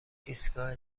ایستگاه